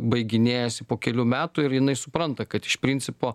baiginėjasi po kelių metų ir jinai supranta kad iš principo